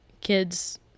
kids